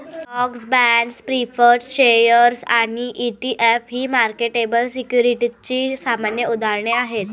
stocks, bonds, preferred shares आणि ETF ही marketable सिक्युरिटीजची सामान्य उदाहरणे आहेत